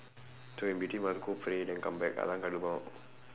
to a meeting must go pray then come back அதான் கடுப்பாகும்:athaan kaduppaakum